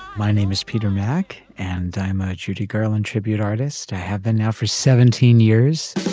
my name is peter mac and i manage judy garland, tribute artist. i have been now for seventeen years